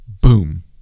boom